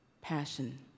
Passion